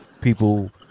people